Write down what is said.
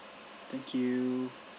thank you